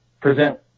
present